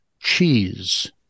cheese